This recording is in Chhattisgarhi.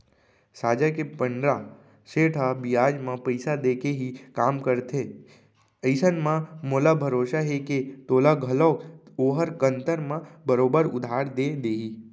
साजा के पंडरा सेठ ह बियाज म पइसा देके ही काम करथे अइसन म मोला भरोसा हे के तोला घलौक ओहर कन्तर म बरोबर उधार दे देही